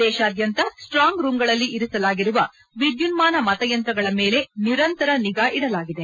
ದೇಶಾದ್ಯಂತ ಸ್ಟಾಂಗ್ ರೂಂಗಳಲ್ಲಿ ಇರಿಸಲಾಗಿರುವ ವಿದ್ಯುನ್ನಾನ ಮತಯಂತ್ರಗಳ ಮೇಲೆ ನಿರಂತರ ನಿಗಾ ಇಡಲಾಗಿದೆ